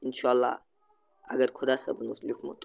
اِنشاء اللہ اگر خۄدا صٲبُن اوس لیٚکھمُت